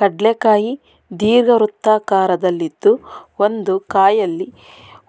ಕಡ್ಲೆ ಕಾಯಿ ದೀರ್ಘವೃತ್ತಾಕಾರದಲ್ಲಿದ್ದು ಒಂದು ಕಾಯಲ್ಲಿ